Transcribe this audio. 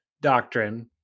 doctrine